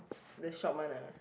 the shop one lah